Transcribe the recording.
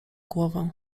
głowę